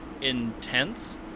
intense